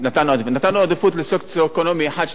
3 שכל המגזר הערבי או רובו שם.